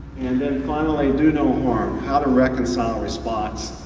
and then finally, do no harm, how to reconcile response,